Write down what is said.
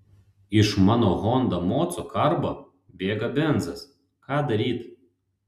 iš mano honda moco karbo bėga benzas ką daryt